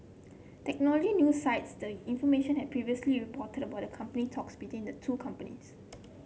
technology new site the information had previously reported about the company talks between the two companies